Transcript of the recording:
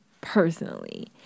personally